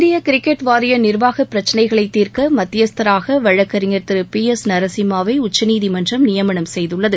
இந்திய கிரிக்கெட் வாரிய நிர்வாக பிரச்னைகளை தீர்க்க மத்தியஸ்தராக வழக்கறிஞர் திரு பி எஸ் நரசிம்மாவை உச்சநீதிமன்றம் நியமனம் செய்துள்ளது